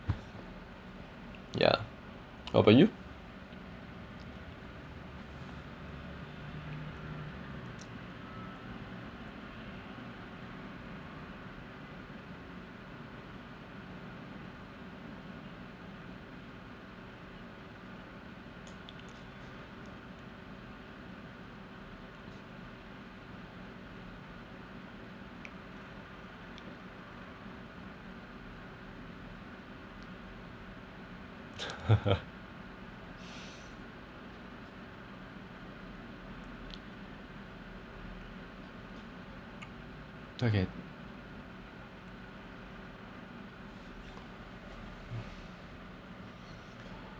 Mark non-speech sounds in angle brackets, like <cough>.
yeah how about you <laughs> <breath> okay